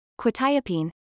quetiapine